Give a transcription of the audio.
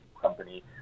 company